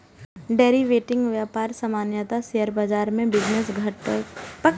derivative व्यापार सामान्यतः share बाजार के बिजनेस घंटाक हिसाब सं होइ छै